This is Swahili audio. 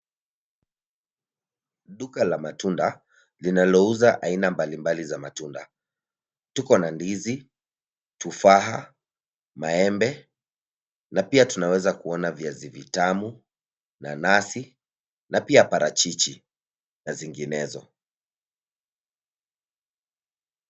Duka la matunda linalouza aina mbalimbali za matunda. Tuko na ndizi, tufaha ,maembe na pia tunaweza kuona viazi vitamu, nanasi na pia parachichi na nyinginezo.